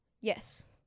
yes